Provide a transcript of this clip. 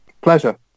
Pleasure